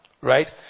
Right